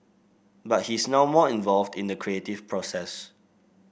but he's now more involved in the creative process